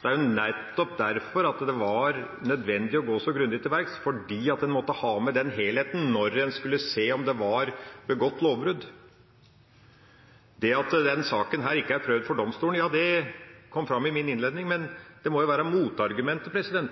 Det er nettopp derfor det var nødvendig å gå så grundig til verks; man måtte ha med den helheten når man skulle se om det var begått lovbrudd. Det at denne saken ikke er prøvd for domstolen, kom fram i min innledning, men det må jo være